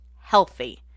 healthy